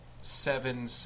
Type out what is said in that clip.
seven